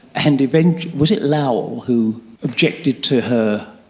and eventually, was it lowell who objected to her